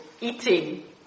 eating